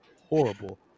horrible